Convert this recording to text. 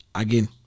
again